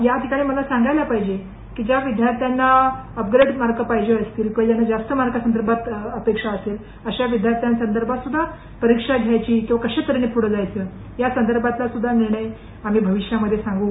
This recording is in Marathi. या ठिकाणी मला सांगायलाच पाहिजे की ज्या विद्यार्थ्यांना अपग्रेड मार्क पाहिजे असतील किंवा ज्यांना जास्त मार्कासंदर्भात अपेक्षा असतील अशा विद्यार्थ्यांसंदर्भातसुध्दा परीक्षा घ्यायची किंवा कशा तऱ्हेने पूढे जायचं या संदर्भातला सुध्दा निर्णय आम्ही भविष्यामधे सांगू